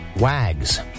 Wags